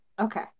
Okay